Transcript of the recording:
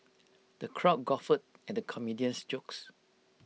the crowd guffawed at the comedian's jokes